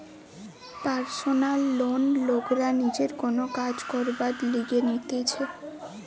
personal loan লোকরা নিজের কোন কাজ করবার লিগে নিতেছে